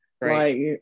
Right